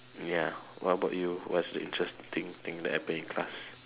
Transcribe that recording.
ya what about you what is the interesting thing that happen in class